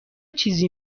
چیزی